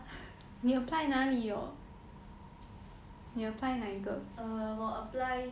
err 我 apply